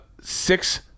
six